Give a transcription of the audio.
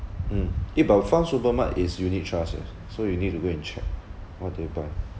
mm eh but fundsupermart is unit trust eh so you need to go and check what they buy